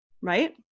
right